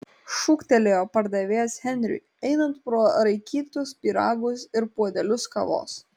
šūktelėjo pardavėjas henriui einant pro raikytus pyragus ir puodelius kavos